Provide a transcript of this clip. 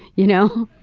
you know.